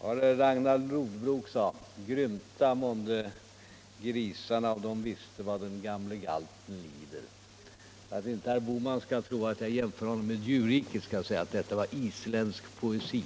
Vad var det Ragnar Lodbrok:sade: Grymta månde grisarna om de visste vad den gamle galten lider. För att inte herr Bohman skall trö att jar jämför honom med djurriket skall jag säga att detta var iständsk poesi